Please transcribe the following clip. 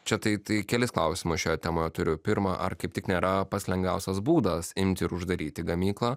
čia tai tai kelis klausimus šioje temoje turiu pirma ar kaip tik nėra pats lengviausias būdas imti ir uždaryti gamyklą